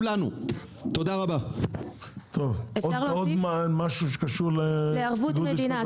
אפשר להוסיף לערבות המדינה?